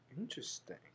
Interesting